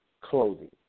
clothing